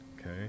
okay